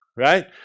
right